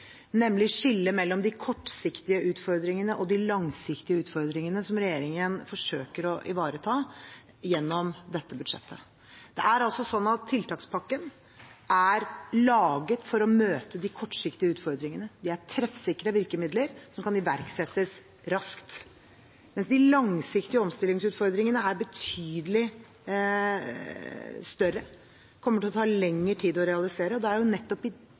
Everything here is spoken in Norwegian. nemlig å skille mellom de kortsiktige utfordringene og de langsiktige utfordringene som regjeringen forsøker å ivareta gjennom dette budsjettet. Tiltakspakken er laget for å møte de kortsiktige utfordringene. Det er treffsikre virkemidler som kan iverksettes raskt, mens de langsiktige omstillingsutfordringene er betydelig større og kommer til å ta lengre tid å realisere. Det er nettopp i